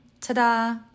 Ta-da